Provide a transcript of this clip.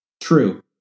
True